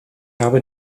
habe